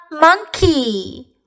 monkey